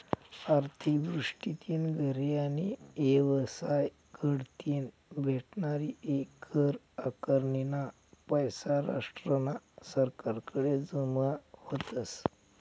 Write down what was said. आर्थिक दृष्टीतीन घरे आणि येवसाय कढतीन भेटनारी कर आकारनीना पैसा राष्ट्रना सरकारकडे जमा व्हतस